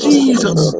Jesus